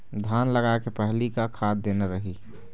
धान लगाय के पहली का खाद देना रही?